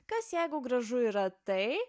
kas jeigu gražu yra tai